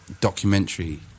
documentary